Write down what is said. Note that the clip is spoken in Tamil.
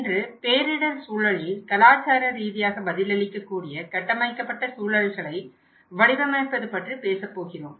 இன்று பேரிடர் சூழலில் கலாச்சார ரீதியாக பதிலளிக்கக்கூடிய கட்டமைக்கப்பட்ட சூழல்களை வடிவமைப்பது பற்றி பேசப்போகிறோம்